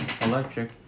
electric